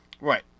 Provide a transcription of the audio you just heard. right